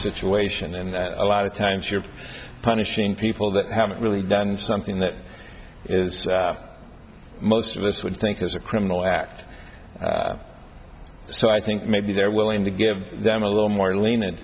situation and a lot of times you're punishing people that haven't really done something that is most of us would think is a criminal act so i think maybe they're willing to give them a little more lenient